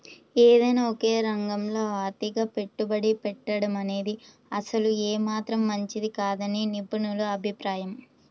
ఏదైనా ఒకే రంగంలో అతిగా పెట్టుబడి పెట్టడమనేది అసలు ఏమాత్రం మంచిది కాదని నిపుణుల అభిప్రాయం